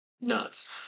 nuts